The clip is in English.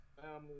Family